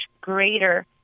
greater